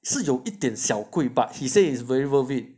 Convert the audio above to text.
是有一点小贵 but he say is very worth it